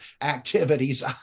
activities